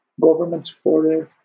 government-supported